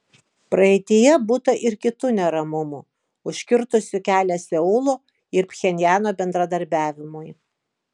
praeityje būta ir kitų neramumų užkirtusių kelią seulo ir pchenjano bendradarbiavimui